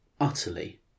utterly